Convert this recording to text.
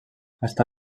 està